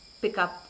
pickup